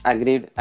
Agreed